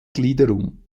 gliederung